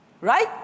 Right